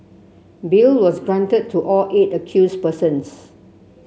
bail was granted to all eight accused persons